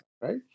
right